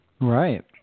Right